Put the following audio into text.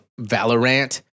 valorant